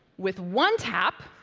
with one tap,